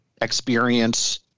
experience